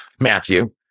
Matthew